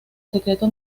secreto